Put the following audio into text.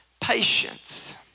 patience